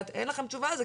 אין לכם תשובה על זה,